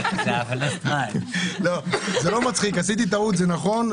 זה לא מצחיק, עשיתי טעות, זה נכון.